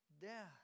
death